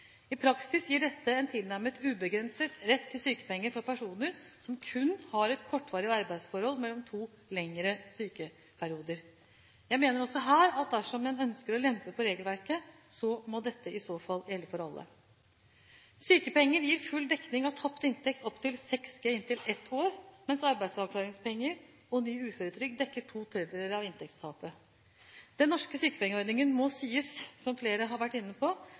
I praksis gir dette en tilnærmet ubegrenset rett til sykepenger for personer som kun har et kortvarig arbeidsforhold mellom to lengre sykdomsperioder. Jeg mener også her at dersom en ønsker å lempe på regelverket, må det i så fall gjelde for alle. Sykepenger gir full dekning av tapt inntekt opp til 6 G i inntil ett år, mens arbeidsavklaringspenger og ny uføretrygd dekker to tredjedeler av inntektstapet. Den norske sykepengeordningen må sies – som flere har vært inne på